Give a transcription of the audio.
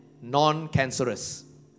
non-cancerous